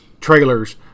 trailers